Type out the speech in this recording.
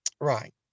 Right